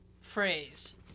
phrase